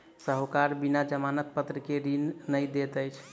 साहूकार बिना जमानत पत्र के ऋण नै दैत अछि